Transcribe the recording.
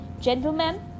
Gentlemen